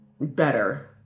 better